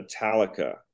Metallica